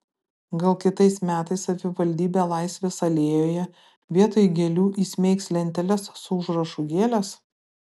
gal kitais metais savivaldybė laisvės alėjoje vietoj gėlių įsmeigs lenteles su užrašu gėlės